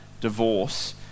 divorce